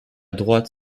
droite